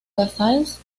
casals